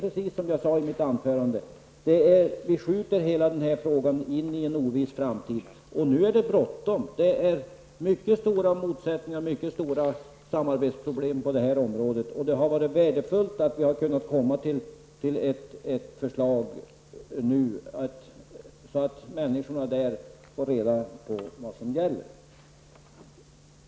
Precis som jag sade i mitt huvudanförande, skjuter vi hela den här frågan in i en oviss framtid. Men nu är det bråttom. Det är mycket stora motsättningar och samarbetsproblem på det här området, och det hade varit värdefullt om vi hade kunnat komma så långt nu att människorna fått reda på vad som gäller.